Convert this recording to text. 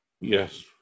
Yes